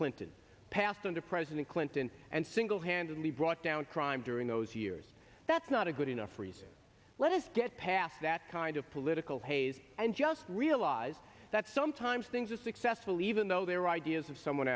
clinton passed under president clinton and single handedly brought down crime during those years that's not a good enough reason let us get past that kind of political haze and just realize that sometimes things are successful even though their ideas of someone